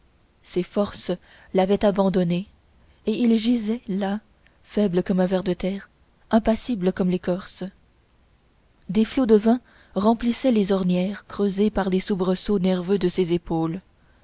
ses forces l'avaient abandonné et il gisait là faible comme le ver de terre impassible comme l'écorce des flots de vin remplissaient les ornières creusées par les soubresauts nerveux de ses épaules